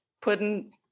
putting